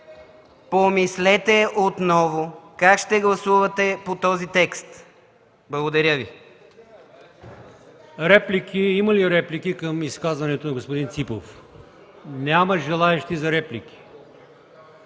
Помислете отново как ще гласувате по този текст. Благодаря Ви.